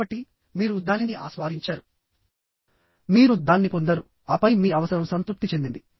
కాబట్టిమీరు దానిని ఆస్వాదించారుమీరు దాన్ని పొందారు ఆపై మీ అవసరం సంతృప్తి చెందింది